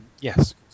Yes